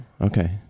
Okay